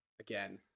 again